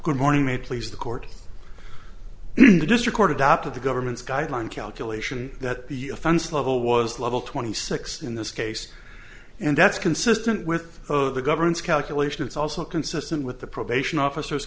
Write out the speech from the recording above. good morning to please the court this record adopted the government's guideline calculation that the offense level was level twenty six in this case and that's consistent with the government's calculation it's also consistent with the probation officer